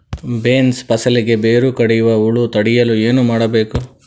Beans ಫಸಲಿಗೆ ಬೇರು ಕಡಿಯುವ ಹುಳು ತಡೆಯಲು ಏನು ಮಾಡಬೇಕು?